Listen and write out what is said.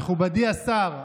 מכובדי השר.